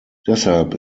deshalb